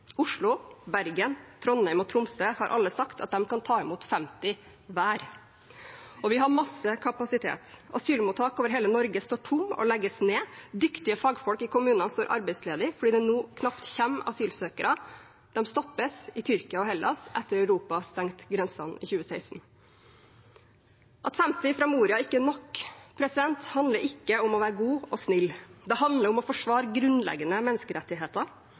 Oslo, Bergen, Trondheim og Tromsø har alle sagt at de kan ta imot 50 hver. Og vi har masse kapasitet. Asylmottak over hele Norge står tomme og legges ned, dyktige fagfolk i kommunene står arbeidsledige fordi det nå knapt kommer asylsøkere – de stoppes i Tyrkia og Hellas etter at Europa stengte grensene i 2016. At 50 fra Moria ikke er nok, handler ikke om å være god og snill, det handler om å forsvare grunnleggende menneskerettigheter,